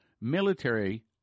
Military